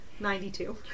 92